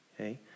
Okay